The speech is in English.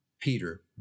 peter